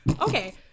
okay